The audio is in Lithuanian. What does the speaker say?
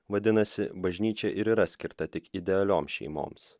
vadinasi bažnyčia ir yra skirta tik idealioms šeimoms